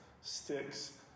sticks